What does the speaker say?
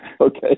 Okay